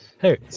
Hey